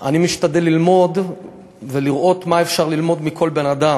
ואני משתדל ללמוד ולראות מה אפשר ללמוד מכל בן-אדם.